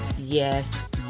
yes